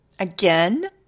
Again